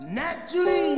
naturally